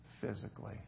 physically